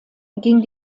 ging